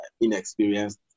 inexperienced